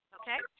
okay